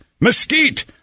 mesquite